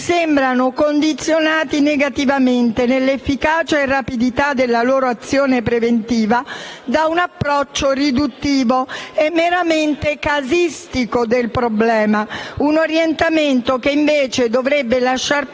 sembrano condizionati negativamente, nell'efficacia e rapidità della loro azione preventiva, da un approccio riduttivo e meramente casistico del problema. Tale orientamento dovrebbe invece lasciar posto